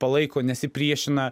palaiko nesipriešina